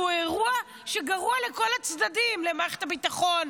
שהוא אירוע שגרוע לכל הצדדים: למערכת הביטחון,